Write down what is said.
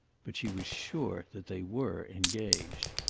but she was sure that they were engaged.